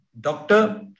doctor